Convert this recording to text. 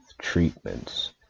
treatments